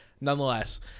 Nonetheless